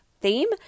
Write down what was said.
theme